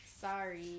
Sorry